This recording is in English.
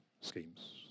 schemes